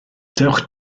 dewch